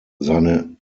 seine